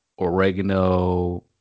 Oregano